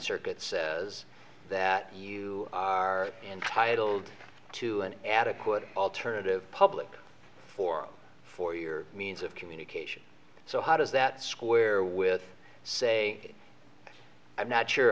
circuit says that you are entitled to an adequate alternative public for for your means of communication so how does that square with say i'm not sure